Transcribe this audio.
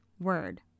word